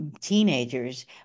teenagers